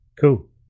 cool